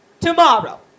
tomorrow